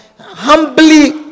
humbly